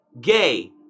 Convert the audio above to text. gay